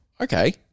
okay